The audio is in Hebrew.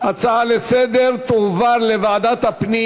להצעה לסדר-היום ולהעביר את הנושא לוועדת הפנים